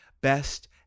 Best